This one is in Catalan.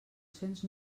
cents